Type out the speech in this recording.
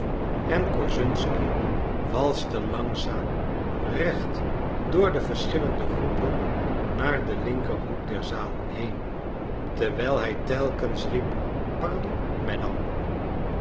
en korszunsky walste langzaam recht door de verschillende groepen naar den linker hoek der zaal heen terwijl hij telkens riep